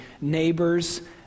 neighbors